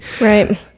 Right